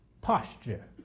posture